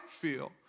feel